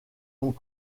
ont